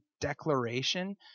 declaration